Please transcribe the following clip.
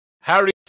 Harry